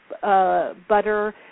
butter